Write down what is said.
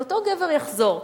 כשאותו גבר יחזור,